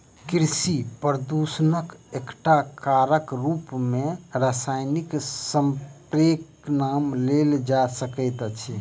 कृषि प्रदूषणक एकटा कारकक रूप मे रासायनिक स्प्रेक नाम लेल जा सकैत अछि